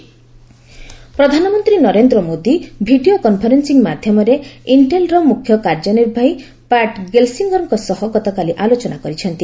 PM CEO ପ୍ରଧାନମନ୍ତ୍ରୀ Narendra Modi video conferencing ମାଧ୍ୟମରେ ଇକ୍କେଲର ମୁଖ୍ୟ କାର୍ଯ୍ୟନିର୍ବାହୀ ପାଟ୍ ଗେଲ୍ସିଙ୍ଗରଙ୍କ ସହ ଗତକାଲି ଆଲୋଚନା କରିଛନ୍ତି